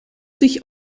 sich